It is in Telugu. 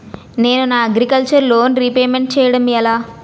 నేను నా అగ్రికల్చర్ లోన్ రీపేమెంట్ చేయడం ఎలా?